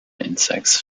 insects